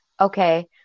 okay –